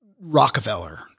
Rockefeller